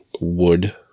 wood